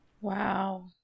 Wow